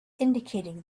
indicating